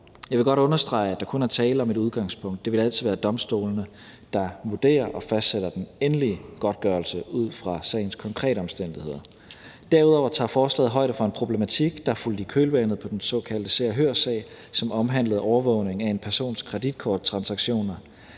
Jeg vil godt understrege, at der kun er tale om et udgangspunkt. Det vil altid være domstolene, der vurderer og fastsætter den endelige godtgørelse ud fra sagens konkrete omstændigheder. Derudover tager forslaget højde for en problematik, der fulgte i kølvandet på den såkaldte Se og Hør-sag, som omhandlede overvågning af en persons kreditkorttransaktioner.